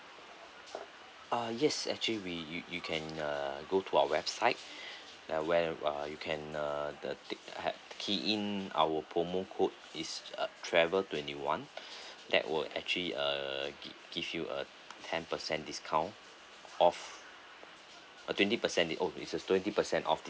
uh yes actually we you you can uh go to our website where you can uh the tic~ had key in our promo code is uh travel twenty one that were actually uh give you a ten percent discount off uh twenty percent is a twenty percent off